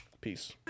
Peace